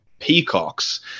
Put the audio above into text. peacocks